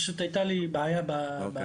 פשוט הייתה לי בעיה באינטרנט.